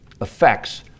affects